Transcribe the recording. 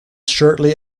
shortly